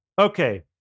Okay